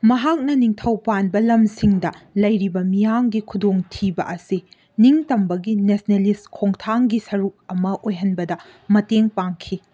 ꯃꯍꯥꯛꯅ ꯅꯤꯡꯊꯧ ꯄꯥꯟꯕ ꯂꯝꯁꯤꯡꯗ ꯂꯩꯔꯤꯕ ꯃꯤꯌꯥꯝꯒꯤ ꯈꯨꯗꯣꯡ ꯊꯤꯕ ꯑꯁꯤ ꯅꯤꯡ ꯇꯝꯕꯒꯤ ꯅꯦꯁꯅꯦꯂꯤꯁ ꯈꯣꯡꯊꯥꯡꯒꯤ ꯁꯔꯨꯛ ꯑꯃ ꯑꯣꯏꯍꯟꯕꯗ ꯃꯇꯦꯡ ꯄꯥꯡꯈꯤ